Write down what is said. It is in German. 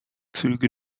züge